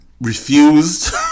refused